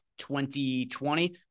2020